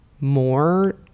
More